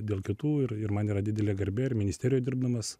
dėl kitų ir ir man yra didelė garbė ir ministerijoj dirbdamas